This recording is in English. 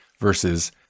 versus